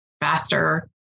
faster